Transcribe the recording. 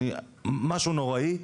משהו נוראי,